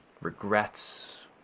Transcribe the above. regrets